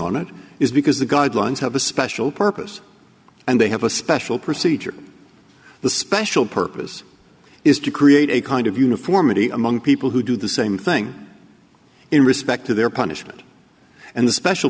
on it is because the guidelines have a special purpose and they have a special procedure the special purpose is to create a kind of uniformity among people who do the same thing in respect to their punishment and the special